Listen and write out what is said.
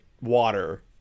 water